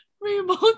remote